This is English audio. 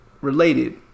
related